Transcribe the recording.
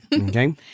Okay